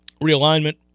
realignment